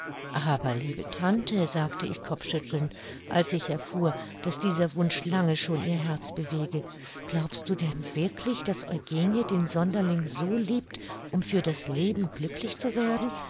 aber liebe tante sagte ich kopfschüttelnd als ich erfuhr daß dieser wunsch lange schon ihr herz bewege glaubst du denn wirklich daß eugenie den sonderling so liebt um für das leben glücklich zu werden